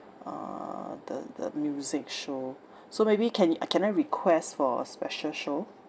uh the the music show so maybe can y~ can I request for a special show